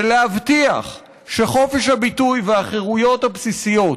ולהבטיח שחופש הביטוי והחירויות הבסיסיות,